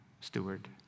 steward